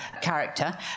character